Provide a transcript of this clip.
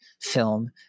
film